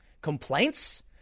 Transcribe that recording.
complaints